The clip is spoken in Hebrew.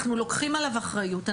אנחנו לוקחים עליו אחריות,